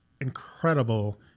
incredible